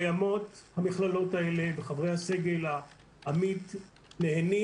המכללות האלה קיימות וחברי הסגל העמית נהנים